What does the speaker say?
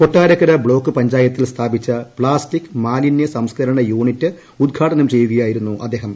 Kottarakkara block പഞ്ചായത്തിൽ സ്ഥാപിച്ച plastic മാലിന്യ സംസ്കരണ യൂണിറ്റ് ഉദ്ഘാടനം ചെയ്യുകയായിരുന്നു അദ്ദേഹം